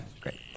great